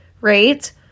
right